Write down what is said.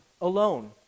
alone